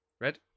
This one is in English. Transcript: Red